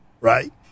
right